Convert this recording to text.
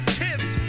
kids